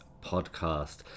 podcast